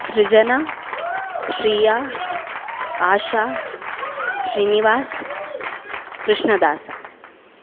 सृजन श्रीया आशा श्रीनिवास् कृष्णदास्